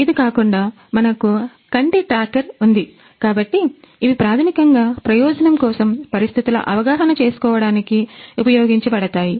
ఇది కాకుండా మనకు కంటి ట్రాకర్ ఉంది కాబట్టి ఇవి ప్రాథమికంగా ప్రయోజనం కోసం పరిస్థితుల అవగాహన చేసుకోవడానికి ఉపయోగించబడతాయి